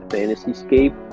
Fantasyscape